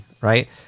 right